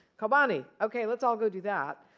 kobani, ok, let's all go do that.